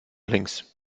links